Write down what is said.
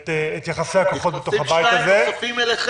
הזה ----- נוספים אליכם.